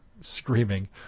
screaming